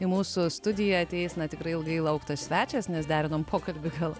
į mūsų studiją ateis na tikrai ilgai lauktas svečias nes derinom pokalbį gal